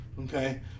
okay